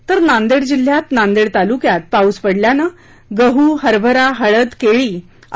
तर नांदेड जिल्ह्यात नांदेड तालुक्यांत पाऊस पडल्यानं गहू हरभरा हळद केळी इ